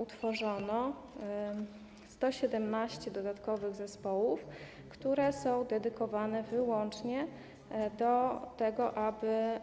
Utworzono 117 dodatkowych zespołów, które są dedykowane, przeznaczone wyłącznie do tego, aby